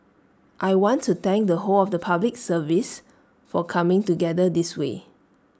I want to thank the whole of the Public Service for coming together this way